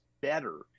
better